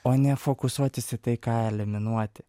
o ne fokusuotis į tai ką eliminuoti